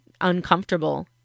uncomfortable